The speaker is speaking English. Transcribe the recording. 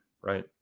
right